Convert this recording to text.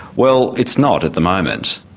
well it's not at the moment.